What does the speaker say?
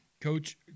coach